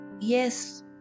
Yes